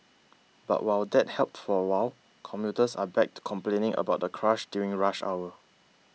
but while that helped for a while commuters are back to complaining about the crush during rush hour